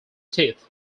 teeth